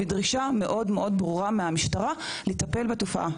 בדרישה מאוד מאוד ברורה מהמשטרה לטפל בתופעה.